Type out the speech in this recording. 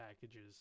packages